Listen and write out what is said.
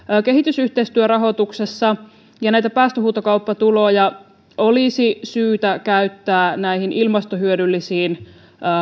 kehitysyhteistyörahoituksessa ja näitä päästöhuutokauppatuloja olisi syytä käyttää ilmastohyödyllisiin